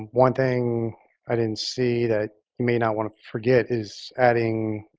one thing i didn't see that you may not want to forget is adding